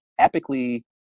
epically